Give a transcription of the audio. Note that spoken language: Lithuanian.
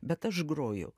bet aš groju